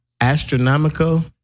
Astronomical